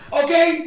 okay